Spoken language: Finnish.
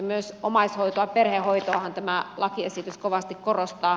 myös omaishoitoa perhehoitoahan tämä lakiesitys kovasti korostaa